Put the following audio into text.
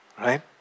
Right